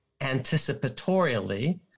anticipatorially